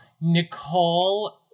Nicole